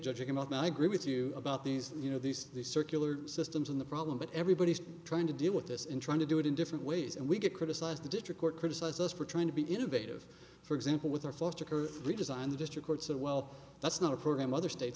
judging about now i agree with you about these you know these circular systems in the problem but everybody's trying to deal with this in trying to do it in different ways and we get criticized the district court criticize us for trying to be innovative for example with our foster care redesign the district court said well that's not a program other states